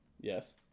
Yes